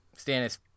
Stannis